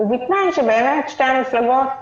ובתנאי ששתי המפלגות